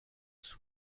sous